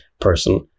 person